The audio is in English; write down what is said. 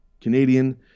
Canadian